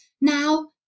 now